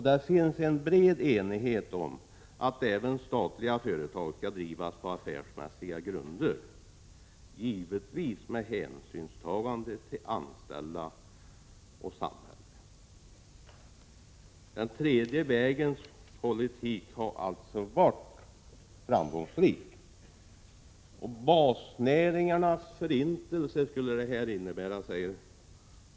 Det finns en bred enighet om att även statliga företag skall driva sin verksamhet på affärsmässiga grunder. Givetvis skall hänsyn tas till anställda och till samhället. Den tredje vägens politik har alltså varit framgångsrik. Det här skulle dock, enligt Lars-Ove Hagberg, leda till en förintelse av basnäringarna.